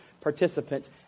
participant